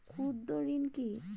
ক্ষুদ্র ঋণ কি?